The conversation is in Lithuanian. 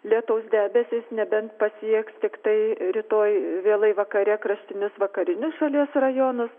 lietaus debesys nebent pasieks tiktai rytoj vėlai vakare kraštinius vakarinius šalies rajonus